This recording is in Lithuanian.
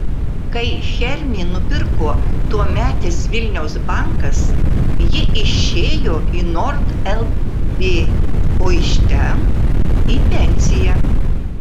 kai hermį nupirko tuometis vilniaus bankas ji išėjo į nord lb o iš ten į pensiją